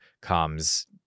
comes